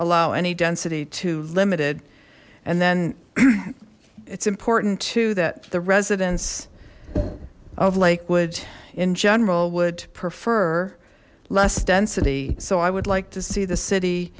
allow any density limited and then it's important that the residents of lakewood in general would prefer less density so i would like to see the city